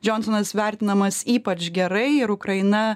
džionsonas vertinamas ypač gerai ir ukraina